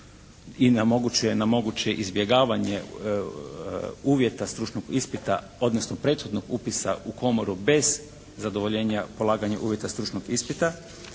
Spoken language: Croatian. i na moguće izbjegavanje uvjeta stručnog ispita odnosno prethodnog upisa u komoru bez zadovoljenja uvjeta polaganja stručnog ispita